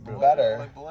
better